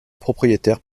propriétaire